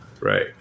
right